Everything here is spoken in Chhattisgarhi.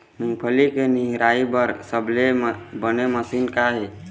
मूंगफली के निराई बर सबले बने मशीन का ये?